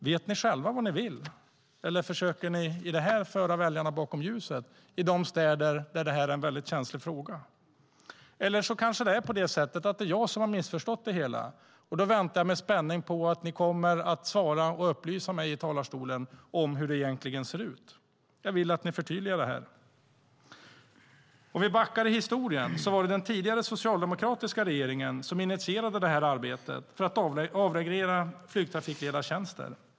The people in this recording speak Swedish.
Vet ni själva vad ni vill? Eller försöker ni föra väljarna bakom ljuset i de städer där detta är en känslig fråga? Kanske är det jag som har missförstått det hela, och då väntar jag med spänning på att ni i talarstolen kommer att upplysa mig om hur det egentligen ser ut. Jag vill att ni förtydligar detta. Backar vi i historien var det den tidigare socialdemokratiska regeringen som initierade detta arbete för att avreglera flygtrafikledartjänster.